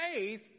faith